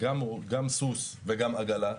גם סוס וגם עגלה,